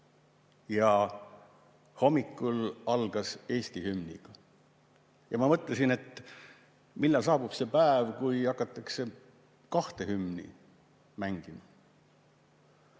ja hommik algas Eesti hümniga. Ma mõtlesin, et millal saabub see päev, kui hakatakse kahte hümni mängima.